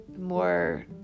more